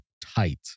tight